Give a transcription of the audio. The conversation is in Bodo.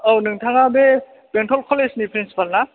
औ नोंथाङा बे बेंथल कलेजनि प्रिनसिपाल ना